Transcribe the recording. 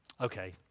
Okay